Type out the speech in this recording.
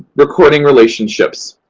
recording relationships.